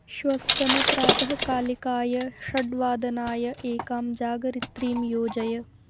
श्वस्तनं प्रातःकालिकाय षड्वादनाय एकां जागरित्रीं योजय